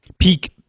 peak